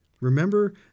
Remember